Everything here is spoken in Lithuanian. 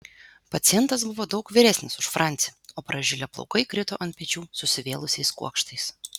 pacientas buvo daug vyresnis už francį o pražilę plaukai krito ant pečių susivėlusiais kuokštais